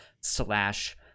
slash